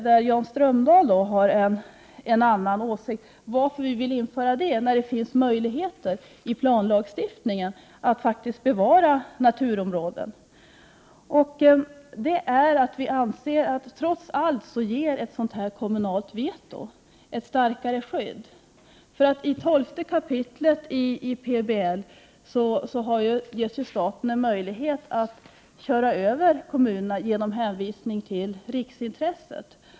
Där har Jan Strömdahl och jag olika åsikt. Varför vill vi införa detta när det finns möjlighet i planlagstiftningen att faktiskt bevara naturområden? Jo, det är därför att vi anser att ett kommunalt veto trots allt ger ett starkare skydd. I 12 kap. PBL ges staten en möjlighet att köra över kommunerna genom att hänvisa till riksintressen.